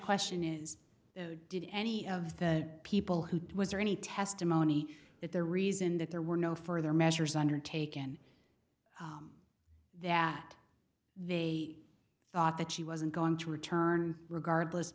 question is did any of the people who was there any testimony that the reason that there were no further measures undertaken that they thought that she wasn't going to return regardless